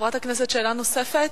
חברת הכנסת, שאלה נוספת?